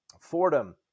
Fordham